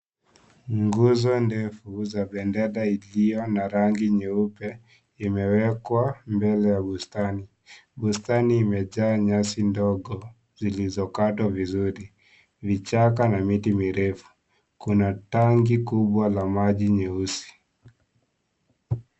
Nguzo ndefu za bendera iliyo na rangi nyeupe imewekwa mbele ya bustani ,bustani imejaa nyasi ndogo zilizokatwa vizuri vichaka na miti mirefu . Kuna tanki kubwa la maji , nyeusi.